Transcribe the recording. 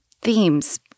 themes